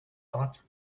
thought